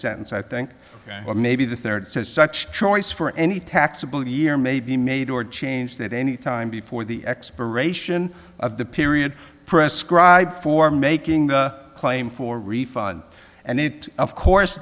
sentence i think or maybe the third says such choice for any taxable year may be made or changed that any time before the expiration of the period prescribe for making the claim for refund and it of course